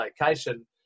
location